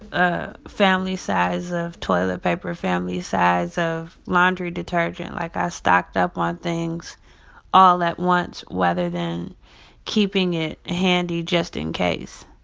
a family size of toilet paper, family size of laundry detergent. like, i stocked up on things all at once whether than keeping it handy just in case.